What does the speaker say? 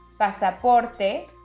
Pasaporte